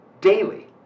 daily